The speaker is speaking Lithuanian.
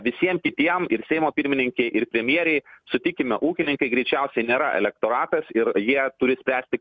visies kitiem ir seimo pirmininkei ir premjerei sutikime ūkininkai greičiausiai nėra elektoratas ir jie turi spręsti